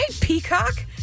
Peacock